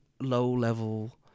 low-level